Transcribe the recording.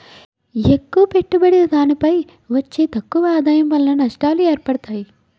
ఎక్కువ పెట్టుబడి దానిపై వచ్చే తక్కువ ఆదాయం వలన నష్టాలు ఏర్పడతాయి